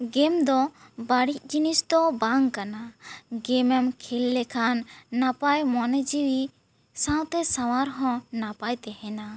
ᱜᱮᱢ ᱫᱚ ᱵᱟᱹᱲᱤᱡ ᱡᱤᱱᱤᱥ ᱫᱚ ᱵᱟᱝ ᱠᱟᱱᱟ ᱜᱮᱢ ᱮᱢ ᱠᱷᱮᱞ ᱞᱮᱠᱷᱟᱱ ᱱᱟᱯᱟᱭ ᱢᱚᱱᱮ ᱡᱤᱣᱤ ᱥᱟᱶᱛᱮ ᱥᱟᱶᱟᱨ ᱦᱚᱸ ᱱᱟᱯᱟᱭ ᱛᱮᱦᱮᱱᱟ